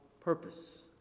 purpose